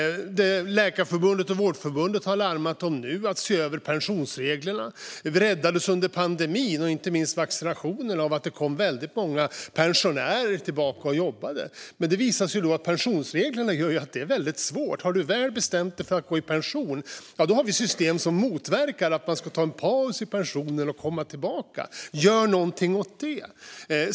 Läkarförbundet och Vårdförbundet har larmat om att pensionsreglerna behöver ses över. Vi räddades under pandemin, inte minst i samband med vaccinationerna, av att väldigt många pensionärer kom tillbaka och jobbade. Men det visade sig då att pensionsreglerna gör att det är väldigt svårt. Har du väl bestämt dig för att gå i pension har vi system som motverkar att du tar en paus i pensionen och kommer tillbaka. Gör något åt detta!